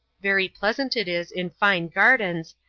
very pleasant it is in fine gardens,